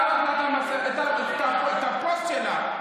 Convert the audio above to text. להראות לה את הפוסט שלה,